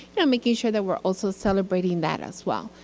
know making sure that we are also celebrating that as well.